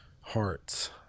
hearts